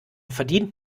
verdient